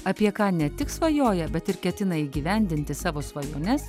apie ką ne tik svajoja bet ir ketina įgyvendinti savo svajones